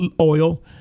oil